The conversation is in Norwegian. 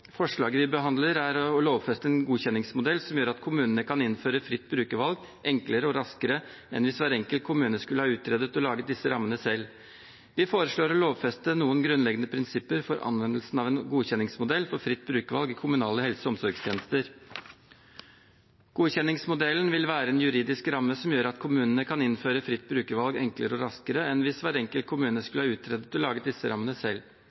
Forslaget vi behandler, er å lovfeste en godkjenningsmodell som gjør at kommunene kan innføre fritt brukervalg enklere og raskere enn hvis hver enkelt kommune skulle ha utredet og laget disse rammene selv. Vi foreslår å lovfeste noen grunnleggende prinsipper for anvendelsen av en godkjenningsmodell for fritt brukervalg i kommunale helse- og omsorgstjenester. Godkjenningsmodellen vil være en juridisk ramme som gjør at kommunene kan innføre fritt brukervalg enklere og raskere enn hvis hver enkelt kommune skulle ha utredet og laget disse rammene selv.